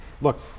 look